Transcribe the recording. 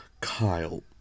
Kyle